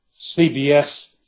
CBS